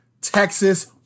Texas